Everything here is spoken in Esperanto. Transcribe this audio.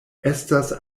estas